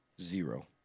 Zero